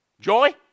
joy